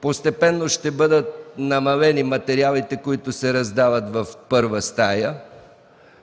Постепенно ще бъдат намалени материалите, които се раздават в първа стая.